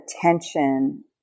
attention